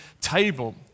table